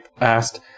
asked